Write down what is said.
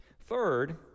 Third